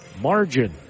margin